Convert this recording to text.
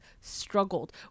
struggled